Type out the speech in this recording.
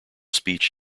speech